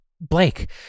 Blake